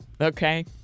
okay